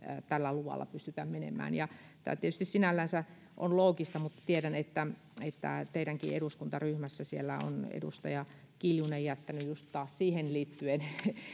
tällä luvalla pystytä menemään tämä tietysti sinällänsä on loogista mutta tiedän että että teidänkin eduskuntaryhmässänne on edustaja kiljunen jättänyt taas juuri siihen liittyen